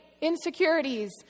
insecurities